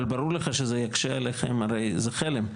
ברור לך שזה יקשה עליכם, זה חלם.